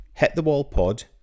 hitthewallpod